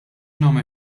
nagħmel